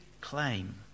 claim